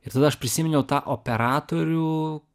ir tada aš prisiminiau tą operatorių